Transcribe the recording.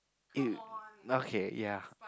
it okay ya